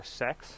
sex